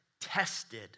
tested